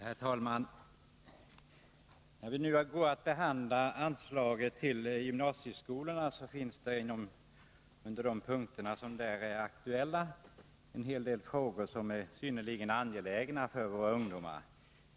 Herr talman! När vi nu går att behandla anslaget till gymnasieskolorna, finns det under de aktuella punkterna en hel del synnerligen angelägna frågor för våra ungdomar.